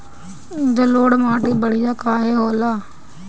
जलोड़ माटी बढ़िया काहे होला?